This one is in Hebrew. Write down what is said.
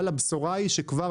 אבל הבשורה היא שכבר,